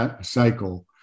cycle